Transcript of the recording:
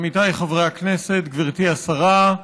עמיתיי חברי הכנסת, גברתי השרה,